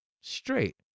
straight